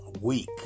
week